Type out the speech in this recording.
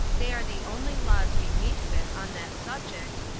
they are the only laws we meet with on that subject,